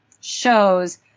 shows